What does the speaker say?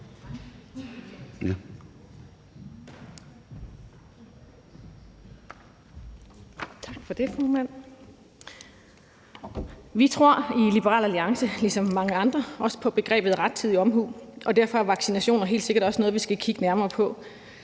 Vi tror i Liberal Alliance ligesom mange andre også på begrebet rettidig omhu, og derfor er vaccinationer helt sikkert også noget, vi skal kigge nærmere på,